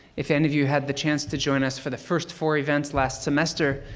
if any of you had the chance to join us for the first four events last semester,